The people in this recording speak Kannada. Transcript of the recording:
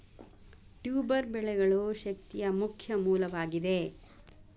ಟ್ಯೂಬರ್ ಬೆಳೆಗಳು ಶಕ್ತಿಯ ಮುಖ್ಯ ಮೂಲವಾಗಿದೆ